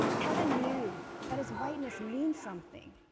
kevin knew that his whiteness means something.